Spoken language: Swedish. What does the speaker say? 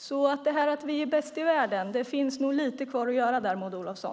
När det gäller att vi är bäst i världen finns det nog lite kvar att göra där, Maud Olofsson.